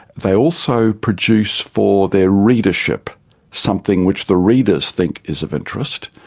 they also produce for their readership something which the readers think is of interest,